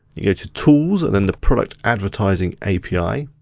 you go to tools, and then the product advertising api.